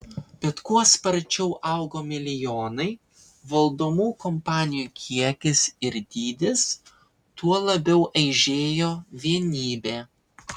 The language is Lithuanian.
bet kuo sparčiau augo milijonai valdomų kompanijų kiekis ir dydis tuo labiau aižėjo vienybė